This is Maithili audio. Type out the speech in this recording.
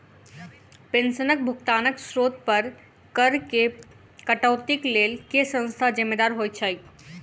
पेंशनक भुगतानक स्त्रोत पर करऽ केँ कटौतीक लेल केँ संस्था जिम्मेदार होइत छैक?